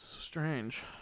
Strange